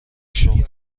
شغل